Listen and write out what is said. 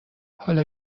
حالا